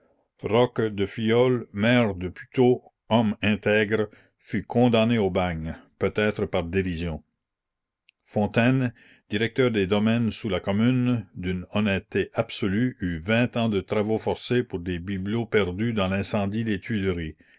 roques de filhol maire de puteaux homme intègre fut condamné au bagne peut-être par dérision fontaine directeur des domaines sous la commune d'une honnêteté absolue eut vingt ans de travaux forcés pour des bibelots perdus dans l'incendie des tuileries